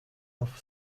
off